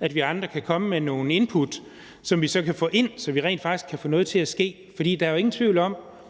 at vi andre kan komme med nogle input, som vi så kan få ind, så vi rent faktisk kan få noget til at ske. Der er jo ingen tvivl om,